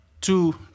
two